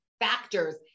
factors